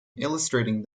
illustrating